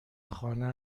خانه